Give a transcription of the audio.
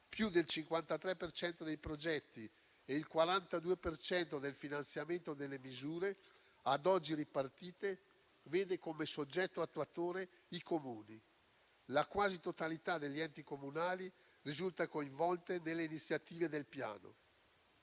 per cento dei progetti e il 42 per cento del finanziamento delle misure ad oggi ripartite vedono come soggetto attuatore i Comuni. La quasi totalità degli enti comunali risulta coinvolta nelle iniziative del Piano.